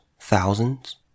thousands